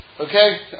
Okay